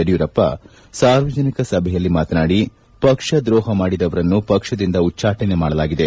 ಯಡಿಯೂರಪ್ಪ ಸಾರ್ವಜನಿಕ ಸಭೆಯಲ್ಲಿ ಮಾತನಾಡಿ ಪಕ್ಷ ದ್ರೋಪ ಮಾಡಿದವರನ್ನು ಪಕ್ಷದಿಂದ ಉಚ್ಚಾಟನೆ ಮಾಡಲಾಗಿದೆ